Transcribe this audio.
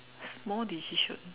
small decision